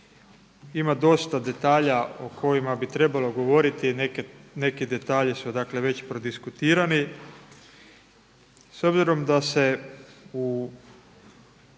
ima dosta detalja o kojima bi trebalo govoriti, neki detalji su dakle već prodiskutirani.